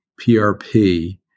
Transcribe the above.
PRP